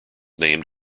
named